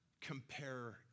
compare